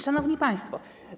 Szanowni Państwo!